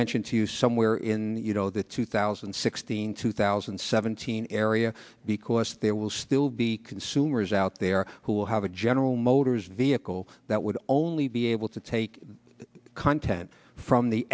mentioned somewhere in the you know the two thousand and sixteen two thousand and seventeen area because there will still be consumers out there who will have a general motors vehicle that would only be able to take content from the